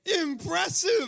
Impressive